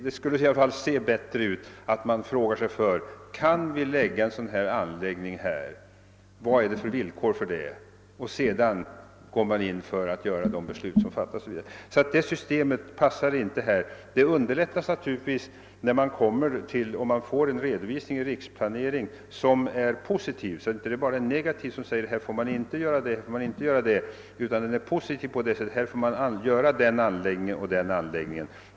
Det skulle i varje fall se bättre ut om man först frågade sig: Kan vi placera en sådan anläggning här? Vilka är villkoren för det? Sedan kan man fatta de beslut som fordras för själva utförandet. Besluten skulle naturligtvis bli lättare att fatta om man hade en riksplanering som är positiv än om den är negativ och endast säger att här får man inte göra det och inte det.